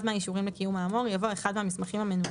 מהאישורים לקיום האמור" יבוא "אחד מהמסמכים המנויים".